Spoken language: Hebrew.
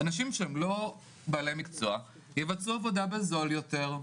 אנשים שהם לא בעלי מקצוע יבצעו עבודה בזול יותר,